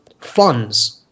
funds